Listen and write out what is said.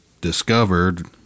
discovered